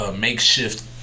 makeshift